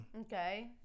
okay